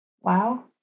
Wow